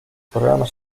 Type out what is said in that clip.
programas